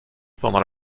pendant